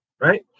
right